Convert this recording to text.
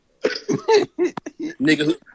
Nigga